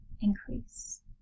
increase